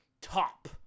top